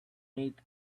need